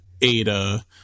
Ada